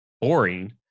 Boring